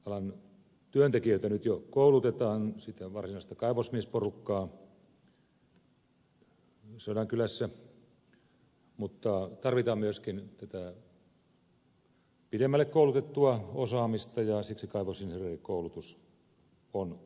kaivosalan työntekijöitä nyt jo koulutetaan sitä varsinaista kaivosmiesporukkaa sodankylässä mutta tarvitaan myöskin pidemmälle koulutettua osaamista ja siksi kaivosinsinöörikoulutus on tarpeen